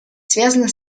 связана